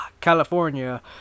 California